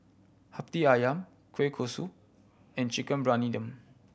Hati Ayam kueh kosui and Chicken Briyani Dum